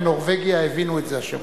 בנורבגיה הבינו את זה השבוע.